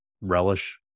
relish